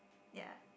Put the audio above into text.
ya